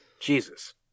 Jesus